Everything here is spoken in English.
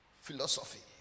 Philosophy